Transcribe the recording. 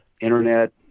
Internet